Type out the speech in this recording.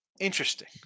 Interesting